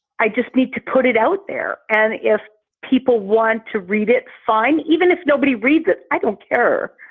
i just need to put it out there. and if people want to read it, fine. even if nobody reads it, i don't care.